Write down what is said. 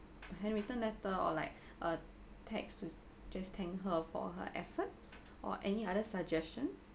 handwritten letter or like uh text with just thanked her for her efforts or any other suggestions